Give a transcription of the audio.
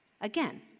Again